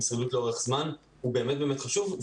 שרידות לאורך זמן זה באמת מאוד מאוד חשוב,